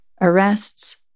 arrests